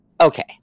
Okay